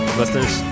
listeners